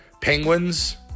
Penguins